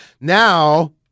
now